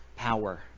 Power